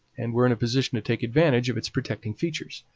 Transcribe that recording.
and were in a position to take advantage of its protecting features